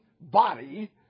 body